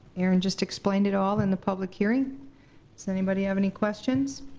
aaron just explained it all in the public hearing. does anybody have any questions?